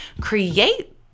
create